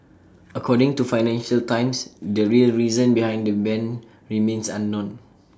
according to financial times the real reason behind the ban remains unknown